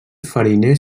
fariner